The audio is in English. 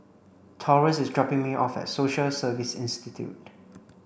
Taurus is dropping me off at Social Service Institute